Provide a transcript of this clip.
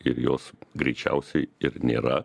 ir jos greičiausiai ir nėra